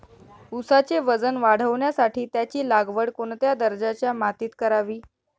ऊसाचे वजन वाढवण्यासाठी त्याची लागवड कोणत्या दर्जाच्या मातीत करावी?